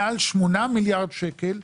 מעל שמונה מיליארד שקל,